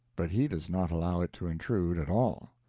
but he does not allow it to intrude at all.